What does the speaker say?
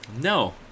No